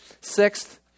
Sixth